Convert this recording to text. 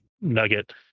nugget